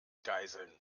geiseln